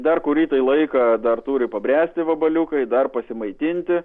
dar kurį tai laiką dar turi pabręsti vabaliukai dar pasimaitinti